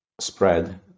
spread